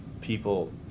people